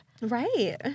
Right